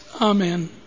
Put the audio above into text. amen